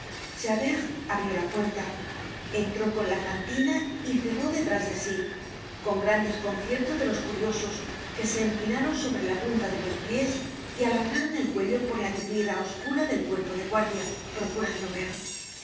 calle javert abrió la puerta entró con la fantina y cerró detrás de sí con gran desconcierto de los curiosos que se empinaron sobre la punta de los pies y alargaron el cuello por ja vidriera oscura del cuerpo de guardia procurando ver la